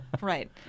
right